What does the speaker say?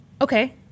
Okay